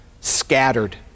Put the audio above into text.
scattered